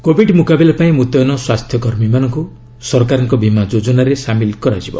Covid ମୁକାବିଲା ପାଇଁ ମୁତୟନ ସ୍ୱାସ୍ଥ୍ୟକର୍ମୀମାନଙ୍କୁ ସରକାରଙ୍କ ବୀମା ଯୋଜନାରେ ସାମିଲ୍ କରାଯିବ